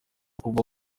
kuva